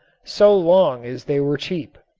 so long as they were cheap.